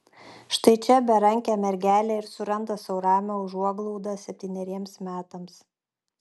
štai čia berankė mergelė ir suranda sau ramią užuoglaudą septyneriems metams